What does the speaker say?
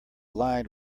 lined